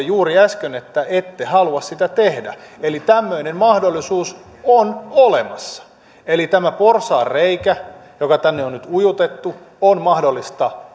juuri äsken että ette halua sitä tehdä eli tämmöinen mahdollisuus on olemassa eli tämä porsaanreikä joka tänne on nyt ujutettu on mahdollista